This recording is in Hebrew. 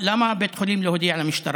למה בית החולים לא הודיע למשטרה?